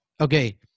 Okay